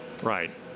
Right